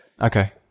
Okay